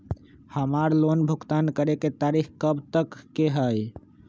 हमार लोन भुगतान करे के तारीख कब तक के हई?